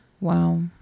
wow